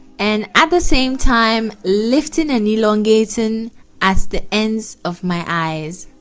and at the same time lifting and elongating as the ends of my eyes